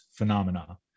phenomena